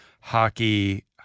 hockey